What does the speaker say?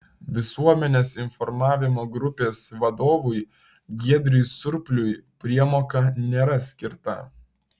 visuomenės informavimo grupės vadovui giedriui surpliui priemoka nėra skirta